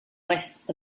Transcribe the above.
west